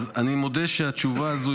אני מודה שהתשובה הזו,